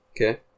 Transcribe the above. Okay